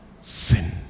sin